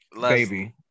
Baby